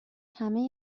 همه